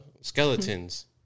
skeletons